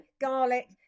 garlic